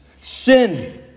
sin